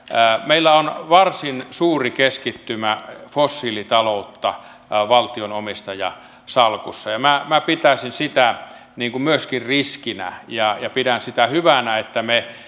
meillä on varsin suuri keskittymä fossiilitaloutta valtion omistajasalkussa ja minä minä pitäisin sitä myöskin riskinä ja pidän sitä hyvänä että me